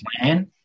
plan